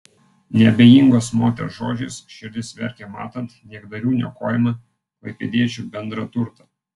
neabejingos moters žodžiais širdis verkia matant niekdarių niokojamą klaipėdiečių bendrą turtą